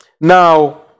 Now